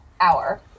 hour